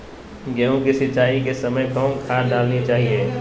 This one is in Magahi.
गेंहू के सिंचाई के समय कौन खाद डालनी चाइये?